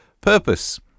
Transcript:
purpose